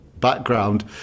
background